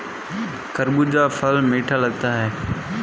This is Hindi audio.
खरबूजा फल मीठा लगता है